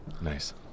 Nice